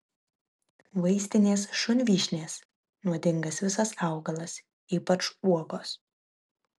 vaistinės šunvyšnės nuodingas visas augalas ypač uogos